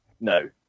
No